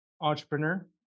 entrepreneur